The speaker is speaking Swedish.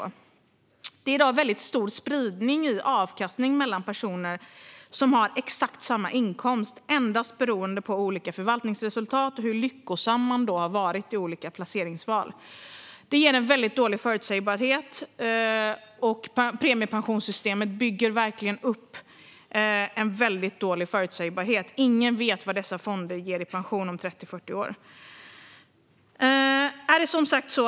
Det är i dag stor spridning i avkastning mellan personer med exakt samma inkomst endast beroende på olika förvaltningsresultat och hur lyckosam man har varit i olika placeringsval. Detta ger dålig förutsägbarhet, som verkligen byggs upp av premiepensionssystemet. Ingen vet vad dessa fonder ger i pension om 30-40 år.